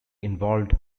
involved